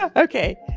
ah okay.